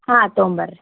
ಹಾಂ ತಗೊಂಡು ಬರ್ರಿ